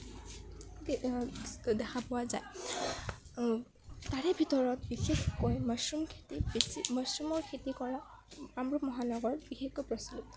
দেখা পোৱা যায় তাৰে ভিতৰত বিশেষকৈ মাছৰুম খেতি বেছি মাছৰুমৰ খেতি কৰা কামৰূপ মহানগৰত বিশেষকৈ প্ৰচুৰ